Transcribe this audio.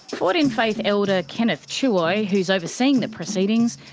forward in faith elder, kenneth chihwayi who's overseeing the proceedings,